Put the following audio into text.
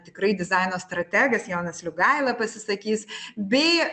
tikrai dizaino strategas jonas liugaila pasisakys bei